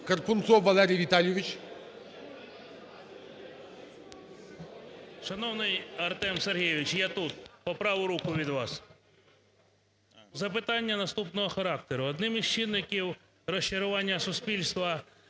Карпунцов Валерій Віталійович.